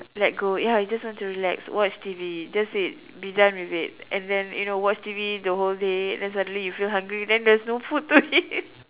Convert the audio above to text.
let go ya you just want to relax watch T_V just it be done with it and then you know watch T_V the whole day and then suddenly you feel hungry then there's no food to eat